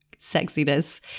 sexiness